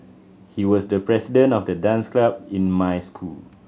he was the president of the dance club in my school